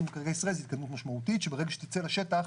מקרקעי ישראל זה התקדמות משמעותית שברגע שתצא לשטח,